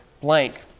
blank